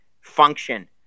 function